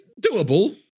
doable